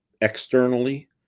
externally